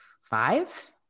five